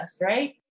right